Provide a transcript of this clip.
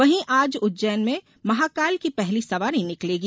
वहीं आज उज्जैन में महाकाल की पहली सवारी निकलेगी